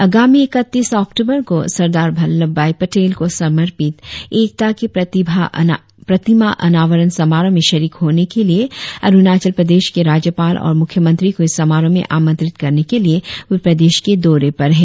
आगामी इकत्तीस अक्टूबर को सरदार वल्लभाई पटेल को समंर्पित एकता की प्रतिभा अनावरण समारोह में शरीक होने के लिए अरुणाचल प्रदेश के राज्यपाल और मुख्यमंत्री को इस समारोह में आमंत्रित करने के लिए वे प्रदेश के दौरे पर है